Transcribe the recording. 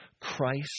Christ